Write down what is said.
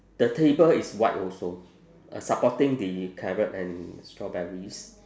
the table is white also supporting the carrot and strawberries